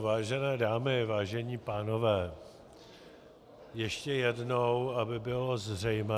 Vážené dámy, vážení pánové, ještě jednou, aby bylo zřejmé...